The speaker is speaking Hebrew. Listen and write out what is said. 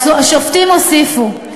השופטים הוסיפו: